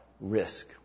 risk